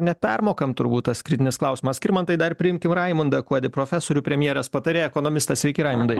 nepermokam turbūt tas kritinis klausimas skirmantai dar priimkim raimundą kuodį profesorių premjerės patarėją ekonomistą sveiki raimundai